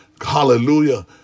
hallelujah